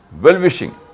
well-wishing